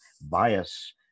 bias